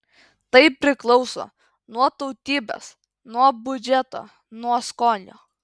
tai priklauso nuo tautybės nuo biudžeto nuo skonio